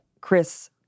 Chris